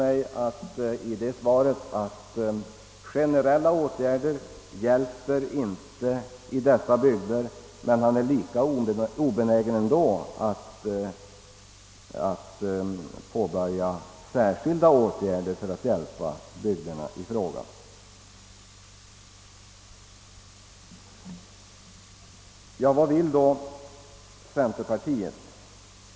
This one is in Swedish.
Han har i det svaret sagt till mig att generella åtgärder inte hjälper i dessa bygder. Men han är ändå lika obenägen att påbörja särskilda åtgärder för att hjälpa bygden i fråga. Vad vill då centerpartiet?